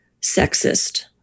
sexist